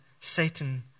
Satan